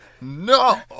No